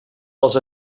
els